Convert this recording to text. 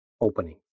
Opening